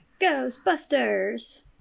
Ghostbusters